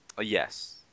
Yes